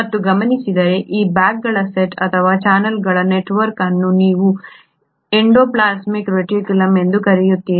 ಮತ್ತು ಗಮನಿಸಿದರೆ ಈ ಬ್ಯಾಗ್ಗಳ ಸೆಟ್ ಅಥವಾ ಚಾನಲ್ಗಳ ಈ ನೆಟ್ವರ್ಕ್ ಅನ್ನು ನೀವು ಎಂಡೋಪ್ಲಾಸ್ಮಿಕ್ ರೆಟಿಕ್ಯುಲಮ್ ಎಂದು ಕರೆಯುತ್ತೀರಿ